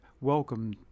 welcome